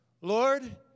Lord